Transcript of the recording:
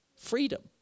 freedom